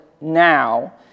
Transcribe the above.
now